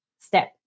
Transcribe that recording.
step